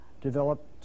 developed